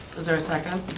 is there a second?